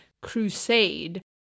crusade